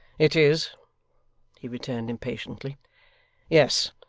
it is he returned impatiently yes